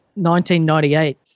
1998